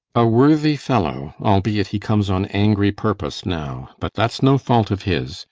a worthy fellow, albeit he comes on angry purpose now but that's no fault of his.